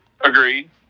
Agreed